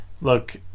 Look